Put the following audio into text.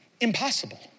impossible